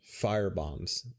firebombs